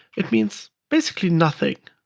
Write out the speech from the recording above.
it means basically nothing.